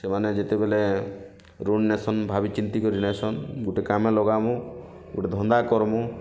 ସେମାନେ ଯେତେବେଲେ ଋଣ୍ ନେସନ୍ ଭାବି ଚିନ୍ତି କରି ନେସନ୍ ଗୋଟେ କାମେ ଲଗାମୁଁ ଗୋଟେ ଧନ୍ଦା କରମୁଁ